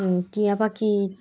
টিয়া পাখি